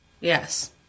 Yes